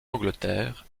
angleterre